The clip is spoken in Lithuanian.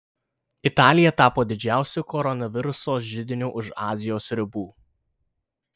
italija tapo didžiausiu koronaviruso židiniu už azijos ribų